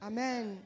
Amen